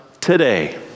today